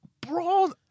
bro